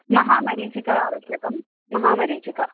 महामरीचिका आवश्यकं महामरीचिका